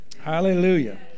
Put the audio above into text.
Hallelujah